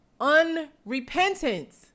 Unrepentance